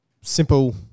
simple